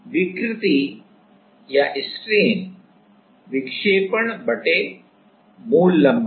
विकृति विक्षेपणमूल लंबाई